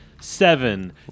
seven